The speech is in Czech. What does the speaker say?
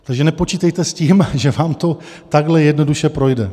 Takže nepočítejte s tím, že vám to takhle jednoduše projde.